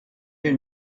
you